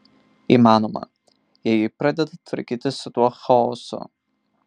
įmanoma jei ji pradeda tvarkytis su tuo chaosu